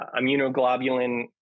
immunoglobulin